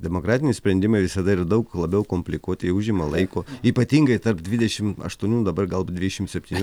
demokratiniai sprendimai visada yra daug labiau komplikuoti jie užima laiko ypatingai tarp dvidešim aštuonių dabar gal dvidešim septynių